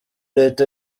leta